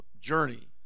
journey